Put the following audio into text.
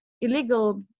illegal